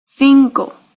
cinco